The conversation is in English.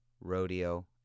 rodeo